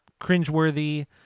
cringeworthy